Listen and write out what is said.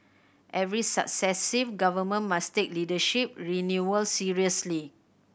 every successive Government must take leadership renewal seriously